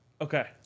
Okay